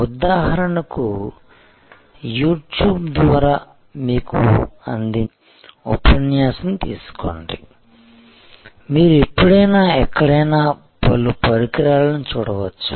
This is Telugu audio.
ఉదాహరణకు యూట్యూబ్ ద్వారా మీకు అందించిన ఉపన్యాసం తీసుకోండి మీరు ఎప్పుడైనా ఎక్కడైనా పలు పరికరాలని చూడవచ్చు